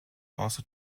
also